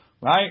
right